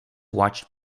watch